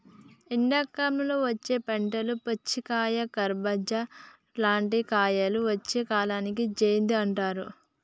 ఎండాకాలంలో వచ్చే పంటలు పుచ్చకాయ కర్బుజా లాంటి కాయలు వచ్చే కాలాన్ని జైద్ అంటారట